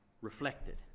reflected